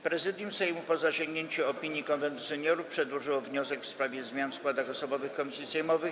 Prezydium Sejmu, po zasięgnięciu opinii Konwentu Seniorów, przedłożyło wniosek w sprawie zmian w składach osobowych komisji sejmowych.